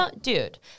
Dude